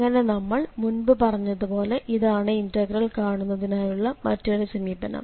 അങ്ങനെ നമ്മൾ മുൻപ് പറഞ്ഞതുപോലെ ഇതാണ് ഇന്റഗ്രൽ കാണുന്നതിനായുള്ള മറ്റൊരു സമീപനം